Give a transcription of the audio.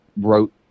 wrote